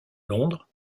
londres